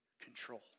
control